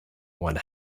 one